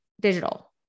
digital